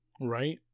Right